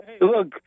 Look